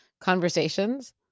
conversations